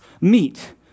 meet